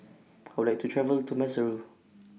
I Would like to travel to Maseru